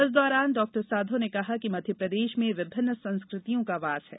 इस दौरान डॉक्टर साधौ ने कहा कि मध्यप्रदेश में विभिन्न संस्कृतियों का वास है